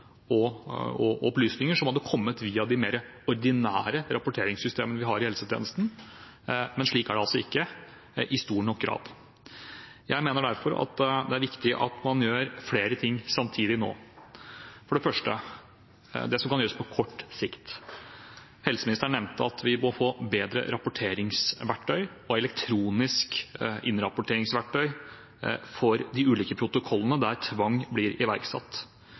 helsetjenesten, men slik er det altså ikke i stor nok grad. Jeg mener derfor at det er viktig at man gjør flere ting samtidig nå, for det første det som kan gjøres på kort sikt. Helseministeren nevnte at vi må få bedre rapporteringsverktøy og elektroniske innrapporteringsverktøy for de ulike protokollene der tvang blir iverksatt.